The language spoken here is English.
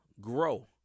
grow